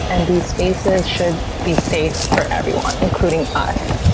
and these spaces should be safe for everyone, including us.